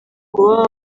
baba